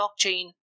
blockchain